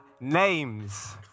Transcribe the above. names